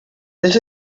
this